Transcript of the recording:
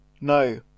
no